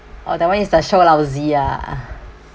oh that one is the show lousy ah